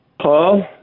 Paul